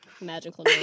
magical